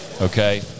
okay